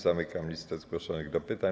Zamykam listę zgłoszonych do pytań.